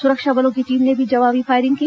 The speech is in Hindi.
सुरक्षा बलों की टीम ने भी जवाबी फायरिंग की